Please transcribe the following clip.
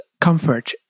comfort